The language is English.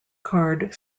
card